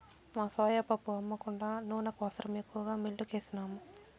మా సోయా పప్పు అమ్మ కుండా నూనె కోసరం ఎక్కువగా మిల్లుకేసినాము